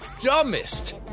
dumbest